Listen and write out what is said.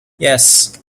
yes